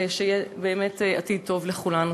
ושיהיה באמת עתיד טוב לכולנו.